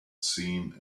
seen